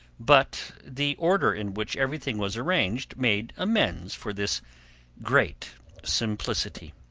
but the order in which everything was arranged made amends for this great simplicity.